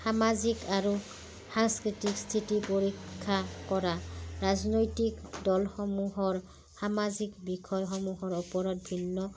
সামাজিক আৰু সাংস্কৃতিক স্থিতি পৰীক্ষা কৰা ৰাজনৈতিক দলসমূহৰ সামাজিক বিষয়সমূহৰ ওপৰত ভিন্ন